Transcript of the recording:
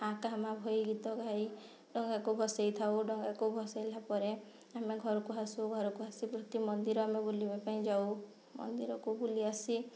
ଆ କା ମାଆ ବୋଇ ଗୀତ ଗାଇ ଡ଼ଙ୍ଗାକୁ ଭସେଇ ଥାଉ ଡ଼ଙ୍ଗାକୁ ଭସେଇଲା ପରେ ଆମେ ଘରକୁ ଆସୁ ଘରକୁ ଆସି ପ୍ରତି ମନ୍ଦିର ଆମେ ବୁଲିବା ପାଇଁ ଯାଉ ମନ୍ଦିରକୁ ବୁଲି ଆସି